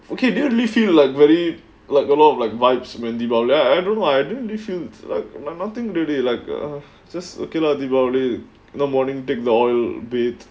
okay didn't really feel like very like a lot of like vibes when deepavali and I don't know I didn't really like like nothing really like uh just okay lah deepavali morning take the oil a bit